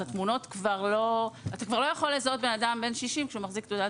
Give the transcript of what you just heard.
אתה כבר לא יכול לזהות בן אדם בן 60 שמחזיק תעודת